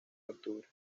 octubre